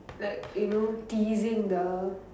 like you know teasing the